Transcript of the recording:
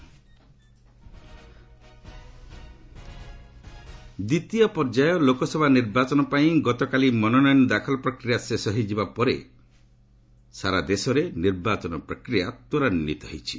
BJP list ଦ୍ୱିତୀୟ ପର୍ଯ୍ୟାୟ ଲୋକସଭା ନିର୍ବାଚନ ପାଇଁ ଗତକାଲି ମନୋନୟନ ଦାଖଲ ପ୍ରକ୍ରିୟା ଶେଷ ହୋଇଯିବା ପରେ ଦେଶରେ ନିର୍ବାଚନ ପ୍ରକ୍ରିୟା ତ୍ୱରାନ୍ଧିତ ହୋଇଛି